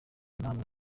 namwe